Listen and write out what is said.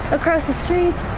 across the street.